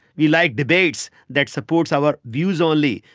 we like debates that support our views only.